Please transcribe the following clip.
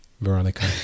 Veronica